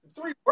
Three